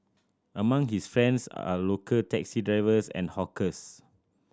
among his friends are local taxi drivers and hawkers